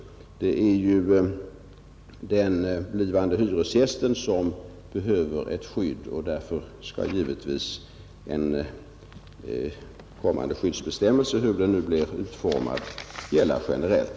Det är den blivande hyresgästen som behöver skydd, och därför skall givetvis en kommande skyddsbestämmelse — hur den nu än blir utformad — gälla generellt.